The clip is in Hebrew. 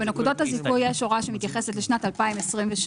בנקודת הזיכוי יש הוראה שמתייחסת לשנת 2023,